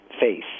face